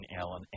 Alan